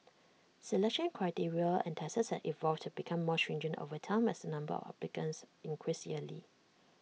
selection criteria and tests have evolved to become more stringent over time as the number of applicants increase yearly